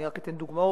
אני רק אתן דוגמאות,